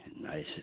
nice